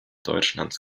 deutschlands